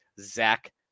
Zach